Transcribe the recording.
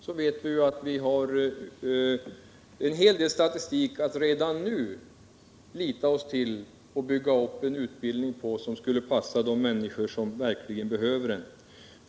Vi vet att det finns en hel del statistik som vi redan nu kan lita till och bygga upp en utbildning på, som skulle passa de människor som verkligen behöver den.